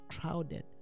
crowded